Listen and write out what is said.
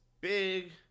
Big